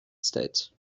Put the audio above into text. states